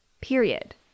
Period